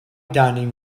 dining